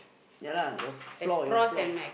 ya lah your f~ flaw your flaw